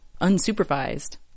unsupervised